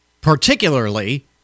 particularly